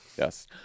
Yes